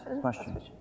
question